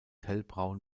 hellbraun